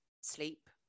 sleep